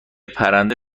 پرنده